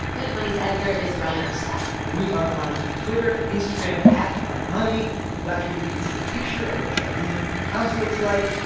planet money's editor is brian urstadt we are on twitter and instagram, at planetmoney. that's where you can see a picture of what charlene and her house looks like.